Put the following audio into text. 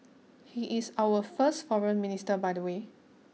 he is our first Foreign Minister by the way